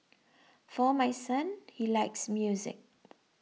for my son he likes music